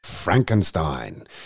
Frankenstein